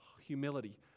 humility